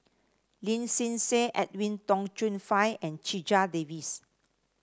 Lin Hsin Hsin Edwin Tong Chun Fai and Checha Davies